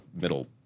middle